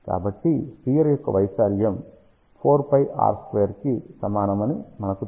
కాబట్టి స్పియర్ యొక్క వైశాల్యం 4πr2 కి సమానమని మనకు తెలుసు